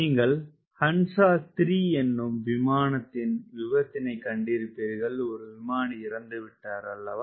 நீங்கள் ஹன்சா 3 எனும் விமானத்தின் விபத்தினைக் கண்டிருப்பீர்கள் ஒரு விமானி இறந்துவிட்டார் அன்றோ